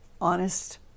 honest